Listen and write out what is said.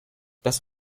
das